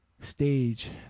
stage